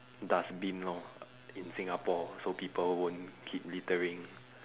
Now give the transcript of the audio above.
dustbin lor in singapore so people won't keep littering